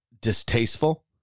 distasteful